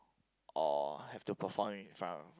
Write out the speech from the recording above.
or have to perform in front of